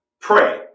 pray